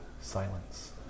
Silence